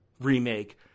remake